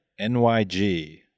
NYG